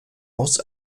aus